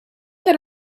that